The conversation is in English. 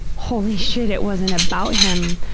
holy shit, it wasn't about him,